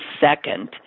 second